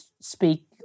speak